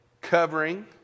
covering